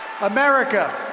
America